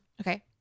Okay